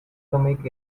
atomic